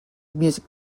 music